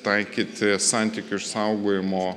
taikyti santykių išsaugojimo